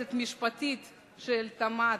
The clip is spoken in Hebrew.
ליועצת המשפטית של התמ"ת,